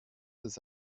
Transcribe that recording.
das